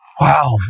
Wow